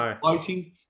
floating